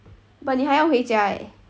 but 你还要回家 eh